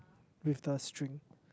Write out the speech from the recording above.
with the string